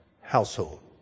household